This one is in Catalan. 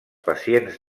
pacients